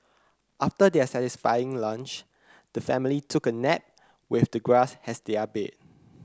after their satisfying lunch the family took a nap with the grass has their bed